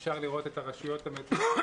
אפשר לראות את הרשויות המדווחות,